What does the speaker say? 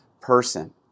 person